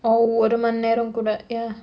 or ஒரு மணி நேரம் கூட:oru mani neram kooda ya